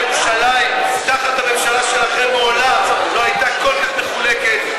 ירושלים תחת הממשלה שלכם מעולם לא הייתה כל כך מחולקת,